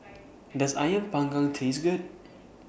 Does Ayam Panggang Taste Good